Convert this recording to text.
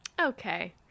Okay